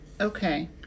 Okay